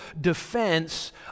defense